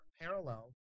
parallel